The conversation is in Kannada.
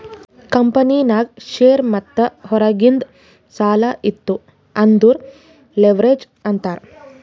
ಕಂಪನಿನಾಗ್ ಶೇರ್ ಮತ್ತ ಹೊರಗಿಂದ್ ಸಾಲಾ ಇತ್ತು ಅಂದುರ್ ಲಿವ್ರೇಜ್ ಅಂತಾರ್